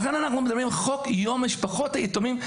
לכן אנחנו מדברים על חוק יום משפחות היתומים,